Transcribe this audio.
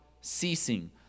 ceasing